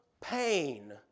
pain